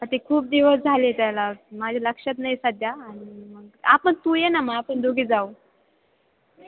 पण ते खूप दिवस झाले त्याला माझ्या लक्षात नाही सध्या आणि मग आपण तू ये ना मग आपण दोघी जाऊ